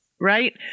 right